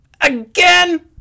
Again